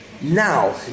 Now